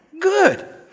good